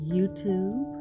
YouTube